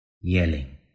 Yelling